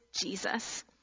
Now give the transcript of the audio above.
Jesus